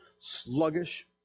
sluggish